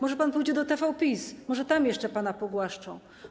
Może pan pójdzie do TV PiS, może tam jeszcze pana pogłaszczą.